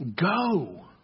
go